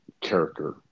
character